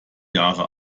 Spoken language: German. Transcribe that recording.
jahre